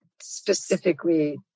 specifically